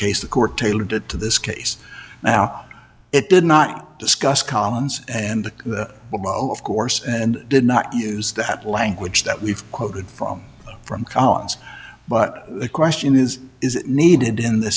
case the court tailored to this case now it did not discuss collins and of course and did not use that language that we've quoted from from collins but the question is is it needed in the